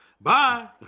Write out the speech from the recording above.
Bye